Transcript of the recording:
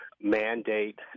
mandate